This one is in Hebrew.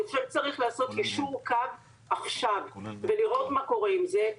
אני חושבת שצריך לעשות יישור קו עכשיו ולראות מה קורה עם זה.